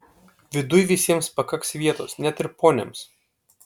viduj visiems pakaks vietos net ir poniams